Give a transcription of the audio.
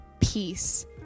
peace